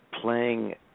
Playing